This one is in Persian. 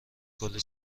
کلی